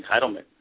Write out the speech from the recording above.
entitlement